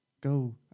Go